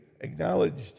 acknowledged